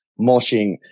moshing